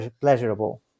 pleasurable